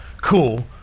cool